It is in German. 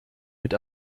mit